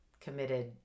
committed